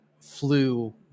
flew